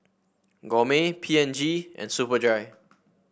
Gourmet P and G and Superdry